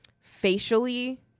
facially